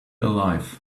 alive